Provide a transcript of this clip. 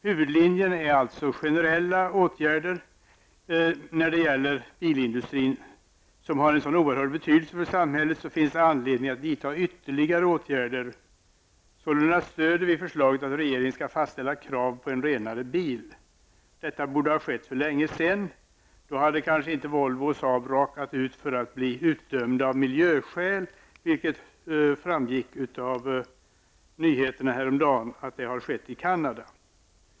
Huvudlinjen är alltså generella åtgärder, men när det gäller bilindustrin, som har så oerhörd betydelse för samhället, finns det anledning att vidta ytterligare åtgärder. Sålunda stödjer vi förslaget att regeringen skall fastställa krav på en renare bil. Detta borde ha skett för länge sedan. Då hade kanske inte Volvo och Saab råkat ut för att bli utdömda av miljöskäl, vilket enligt vad som framgick av nyheterna häromdagen har skett i Canada.